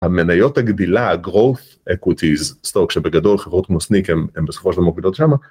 המניות הגדילה, growth equities, שבגדול חברות כמו סניק הם בסופו של דבר מובילות שם.